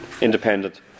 Independent